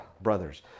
brothers